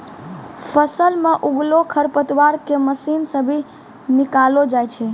फसल मे उगलो खरपतवार के मशीन से भी निकालो जाय छै